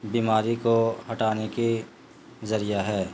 بیماری کو ہٹانے کی ذریعہ ہے